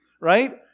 right